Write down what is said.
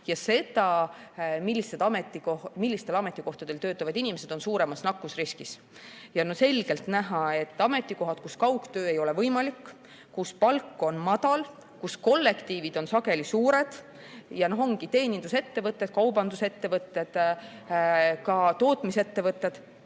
ja seda, millistel ametikohtadel töötavad inimesed on suuremas nakkusriskis. On selgelt näha, et need on ametikohad, kus kaugtöö ei ole võimalik, kus palk on madal, kus kollektiivid on sageli suured. Ja need ongi teenindusettevõtted, kaubandusettevõtted, ka tootmisettevõtted.